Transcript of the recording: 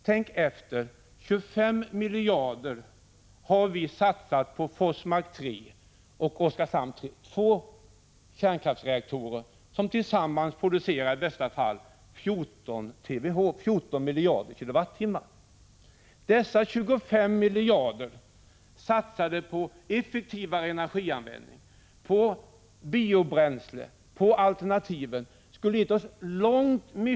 Tänk efter: 25 miljarder har satsats på Forsmark 3 och Oskarshamn 3 — två kärnkraftsreaktorer som tillsammans producerar i bästa fall 14 TWh, 14 miljarder kilowattimmar. Om de 25 miljarderna hade satsats på effektivare energian vändning — på biobränslen, på alternativen — skulle det ha givit oss långt mera — Prot.